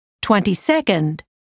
Twenty-second